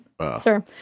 sir